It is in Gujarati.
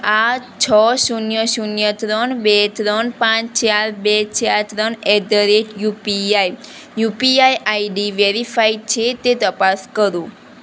આ છ શૂન્ય શૂન્ય ત્રણ બે ત્રણ પાંચ ચાર બે ચાર ત્રણ at the rate UPI UPI ID verified છે તે તપાસ કરો